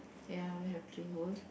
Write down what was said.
ya we have three holes